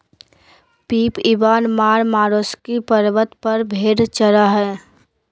Pip Ivan Marmarosky पर्वत पर भेड़ चरा हइ